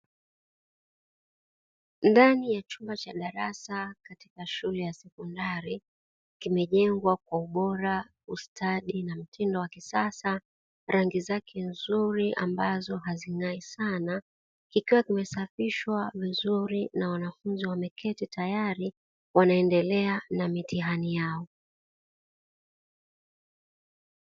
Ndani ya chumba cha darasa katika shule ya sekondari, kimejengwa kwa ubora, ustadi, na mtindo wa kisasa, rangi zake ni nzuri ambazo hazing'ai sana, kikiwa kimesafishwa vizuri, na wanafunzi wameketi tayari wanaendelea na mitihani yao.